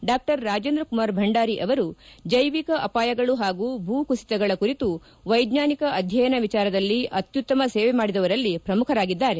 ಡಾ ರಾಜೇಂದ್ರ ಕುಮಾರ್ ಭಂಡಾರಿ ಅವರು ಜೈವಿಕ ಅಪಾಯಗಳು ಹಾಗೂ ಭೂ ಕುಸಿತಗಳ ಕುರಿತು ವೈಜ್ವಾನಿಕ ಅಧ್ಯಯನ ವಿಚಾರದಲ್ಲಿ ಅತ್ಯುತ್ತಮ ಸೇವೆ ಮಾಡಿದವರಲ್ಲಿ ಪ್ರಮುಖರಾಗಿದ್ದಾರೆ